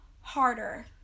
harder